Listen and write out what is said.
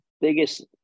biggest